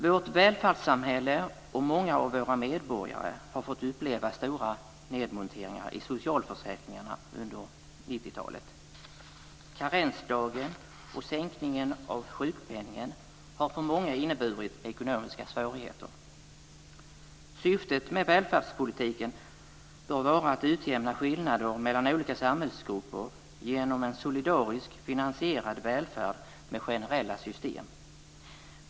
Vårt välfärdssamhälle och många av våra medborgare har fått uppleva stora nedmonteringar i socialförsäkringarna under 90-talet. Karensdagen och sänkningen av sjukpenningen har för många inneburit ekonomiska svårigheter. Syftet med välfärdspolitiken bör vara att utjämna skillnader mellan olika samhällsgrupper genom en solidariskt finansierad välfärd med generella system.